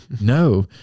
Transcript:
No